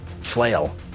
flail